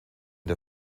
der